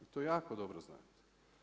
I to jako dobro znate.